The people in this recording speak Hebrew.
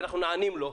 ואנחנו נענים לו,